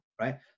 right